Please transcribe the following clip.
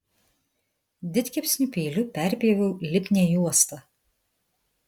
didkepsnių peiliu perpjoviau lipnią juostą